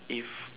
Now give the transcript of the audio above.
if